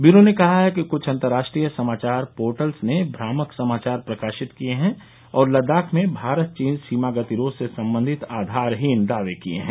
bureau ने कहा है कि कुछ अंतराष्ट्रीय समाचार पोर्टल्स ने भ्रामक समाचार प्रकाशित किए हैं और लद्दाख में भारत चीन सीमा गतिरोध से संबंधित आयारहीन दावे किए हैं